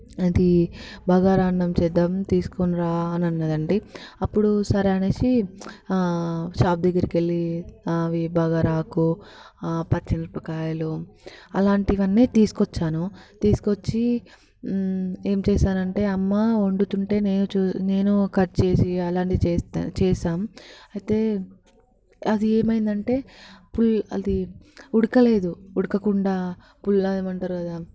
అది బగారా అన్నం చేద్దాము తీసుకొని రా అని అన్నది అండి అప్పుడు సరే అనేసి షాప్ దగ్గరికి వెళ్ళి అవి బగారా ఆకు పచ్చిమిరపకాయలు అలాంటివన్నీ తీసుకొచ్చాను తీసుకొచ్చి ఏం చేసానంటే అమ్మ వండుతుంటే నేను చు నేను కట్ చేసి అలాంటిది చేస్త చేసాము అయితే అది ఏమైంది అంటే అది ఉడకలేదు ఉడకకుండా పుల్ల ఏమంటారు కదా